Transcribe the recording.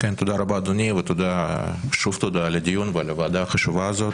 תודה רבה אדוני ושוב תודה על הדיון ועל הוועדה החשובה הזאת.